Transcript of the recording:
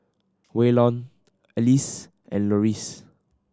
Waylon Alyse and Loris